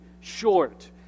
short